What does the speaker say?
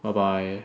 bye bye